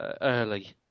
early